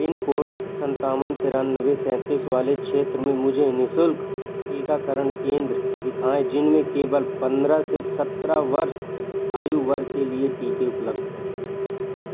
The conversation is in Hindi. पिन कोड पाँच सात नौ तीन तीन सात वाले क्षेत्र में मुझे निशुल्क टीकाकरण केंद्र दिखाएँ जिनमें केवल पंद्रह से सत्रह वर्ष आयु वर्ग के लिए टीके उपलब्ध हैं